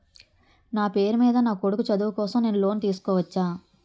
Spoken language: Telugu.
నా పేరు మీద నా కొడుకు చదువు కోసం నేను లోన్ తీసుకోవచ్చా?